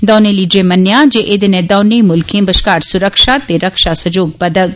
दौनें लीडरे मन्नेआ जे एहदे नै दौनें मुल्खे बश्कार सुरक्षा ते रक्षा सैह्योग बधग